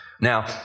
Now